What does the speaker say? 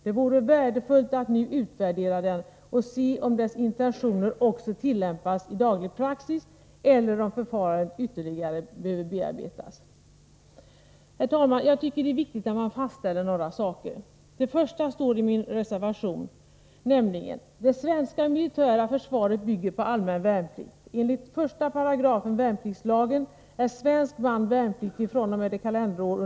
Det vore värdefullt att nu utvärdera den och se om dess intentioner också tillämpas i daglig praxis, eller om förfarandet ytterligare behöver bearbetas. Herr talman! Jag tycker att det är viktigt att man fastställer några saker.